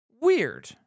weird